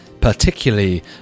particularly